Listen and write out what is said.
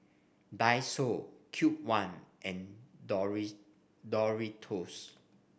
Daiso Cube one and Doris Doritos